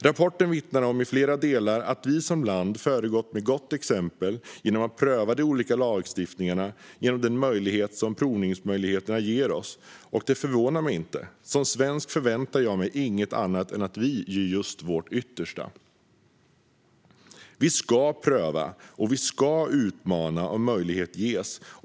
Rapporten vittnar i flera delar om att vi som land har föregått med gott exempel genom att pröva de olika lagstiftningarna genom den möjlighet som prövningsmöjligheterna ger oss, och det förvånar mig inte. Som svensk förväntar jag mig inget annat än att vi gör vårt yttersta. Vi ska pröva, och vi ska utmana om möjlighet ges.